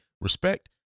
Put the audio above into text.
respect